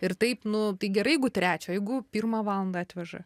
ir taip nu tai gerai jeigu trečią o jeigu pirmą valandą atveža